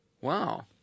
Wow